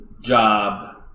job